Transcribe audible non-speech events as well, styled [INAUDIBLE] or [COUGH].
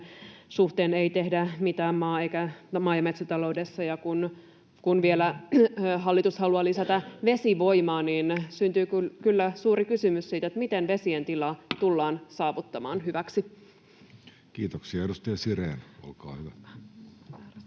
suhteen ei tehdä mitään maa- ja metsätaloudessa ja kun vielä hallitus haluaa lisätä vesivoimaa, niin syntyy kyllä suuri kysymys siitä, [NOISE] miten vesien tila tullaan saavuttamaan hyväksi? Kiitoksia. — Edustaja Sirén, olkaa hyvä. Arvoisa